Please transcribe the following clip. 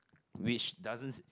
which doesn't